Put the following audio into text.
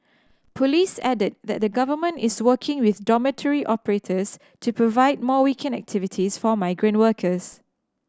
police added that the Government is working with dormitory operators to provide more weekend activities for migrant workers